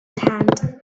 hand